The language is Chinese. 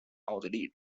奥地利